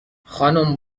خانم